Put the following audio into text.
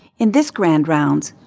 in this grand rounds,